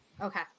Okay